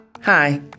Hi